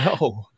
No